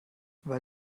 weil